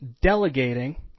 delegating